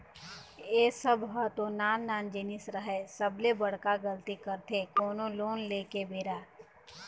ए सब ह तो नान नान जिनिस हरय सबले बड़का गलती करथे कोनो लोन ले के बेरा